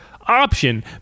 option